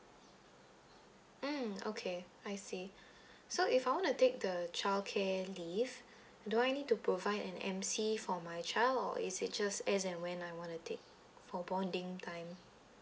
mm okay I see so if I want to take the childcare leave do I need to provide an M_C for my child or is it just as and when I want to take for bonding time